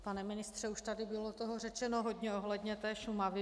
Pane ministře, už tady toho bylo řečeno hodně ohledně té Šumavy.